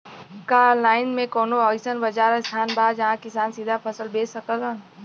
का आनलाइन मे कौनो अइसन बाजार स्थान बा जहाँ किसान सीधा फसल बेच सकेलन?